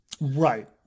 Right